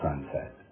sunset